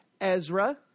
Ezra